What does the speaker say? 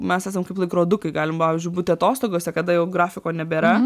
mes esam kaip laikrodukai galim pavyzdžiui būti atostogose kada jau grafiko nebėra